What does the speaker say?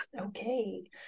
okay